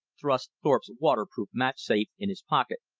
thrust thorpe's waterproof match safe in his pocket,